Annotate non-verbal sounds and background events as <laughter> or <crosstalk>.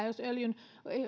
<unintelligible> jos öljyn